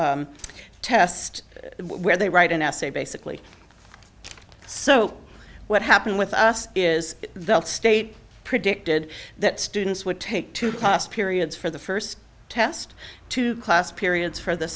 to test where they write an essay basically so what happened with us is the state predicted that students would take two cost periods for the first test two class periods for the